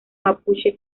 mapuche